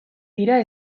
dira